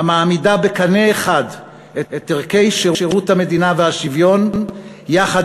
המעמידה בקנה אחד את ערכי שירות המדינה והשוויון יחד